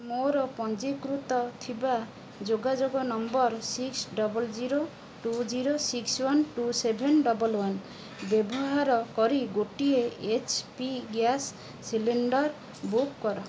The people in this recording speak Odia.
ମୋର ପଞ୍ଜୀକୃତ ଥିବା ଯୋଗାଯୋଗ number six double zero two zero six one two seven double one ବ୍ୟବହାର କରି ଗୋଟିଏ H P gas cylinder book କର